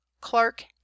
Clark